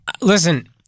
Listen